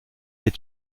est